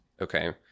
Okay